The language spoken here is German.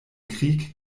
krieg